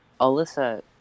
Alyssa